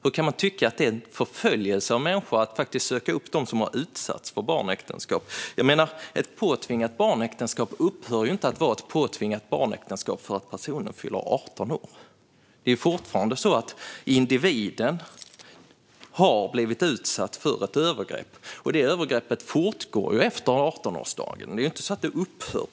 Hur kan man tycka att det är förföljelse av människor att faktiskt söka upp dem som har utsatts för barnäktenskap? Ett påtvingat barnäktenskap upphör ju inte att vara ett påtvingat barnäktenskap för att personen fyller 18 år - det är fortfarande så att individen har blivit utsatt för ett övergrepp. Det övergreppet fortgår ju efter 18-årsdagen; det är inte så att det upphör då.